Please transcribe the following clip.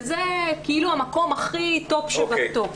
וזה המקום הטופ שבטופ.